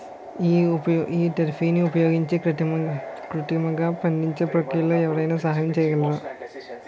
ఈథెఫోన్ని ఉపయోగించి కృత్రిమంగా పండించే ప్రక్రియలో ఎవరైనా సహాయం చేయగలరా?